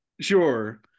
sure